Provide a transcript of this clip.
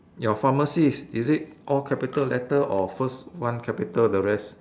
your pharmacy is is it all capital letter or first one capital the rest